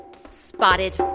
spotted